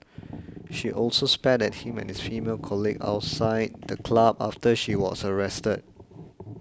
she also spat at him and his female colleague outside the club after she was arrested